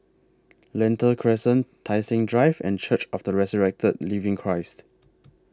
Lentor Crescent Tai Seng Drive and Church of The Resurrected Living Christ